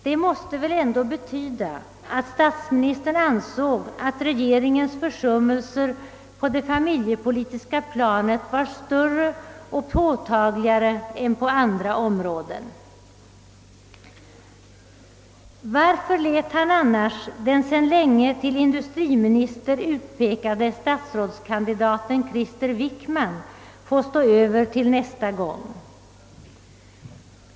Det måste väl ändå betyda att statsministern ansåg att regeringens försummelser på det familjepolitiska planet var större och påtagligare än på andra områden. Var för lät han annars den sedan länge till industriminister utpekade statsrådskandidaten Krister Wickman få stå över till nästa gång.